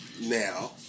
Now